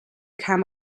kam